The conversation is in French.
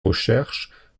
recherches